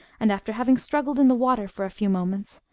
and, after having struggled in the water for a few moments,